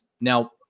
Now